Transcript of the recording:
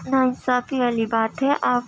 ناانصافی والی بات ہے آپ